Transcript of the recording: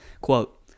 Quote